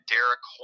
Derek